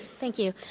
thank you.